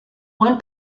one